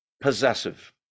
Possessive